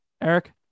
Eric